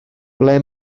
ble